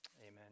Amen